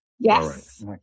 Yes